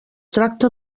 tracte